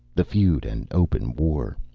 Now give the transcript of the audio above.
the feud an open war.